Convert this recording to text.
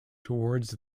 towards